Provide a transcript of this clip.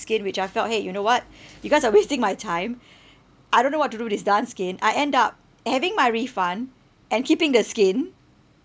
skin which I felt !hey! you know what you guys are wasting my time I don't know what to do with this darned skin I end up having my refund and keeping the skin